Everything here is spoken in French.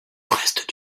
reste